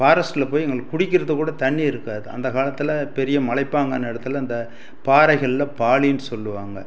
ஃபாரஸ்ட்டில் போய் எங்களுக்கு குடிக்கிறதுக்கு கூட தண்ணி இருக்காது அந்த காலத்தில் பெரிய மலைப்பாங்கான இடத்துல இந்த பாறைகளில் பாலினு சொல்லுவாங்க